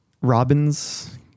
Robin's